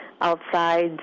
outside